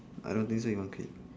I don't think so he won't quit